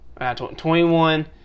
21